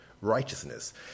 righteousness